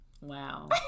Wow